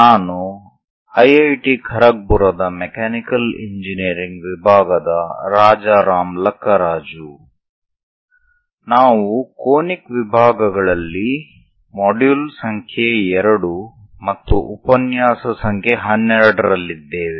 ನಾನು ಐಐಟಿ ಖರಗ್ಪುರದ mechanical engineering ವಿಭಾಗದ ರಾಜಾರಾಮ್ ಲಕ್ಕರಾಜು ನಾವು ಕೋನಿಕ್ ವಿಭಾಗಗಳಲ್ಲಿ ಮಾಡ್ಯೂಲ್ ಸಂಖ್ಯೆ 2 ಮತ್ತು ಉಪನ್ಯಾಸ ಸಂಖ್ಯೆ 12 ರಲ್ಲಿದ್ದೇವೆ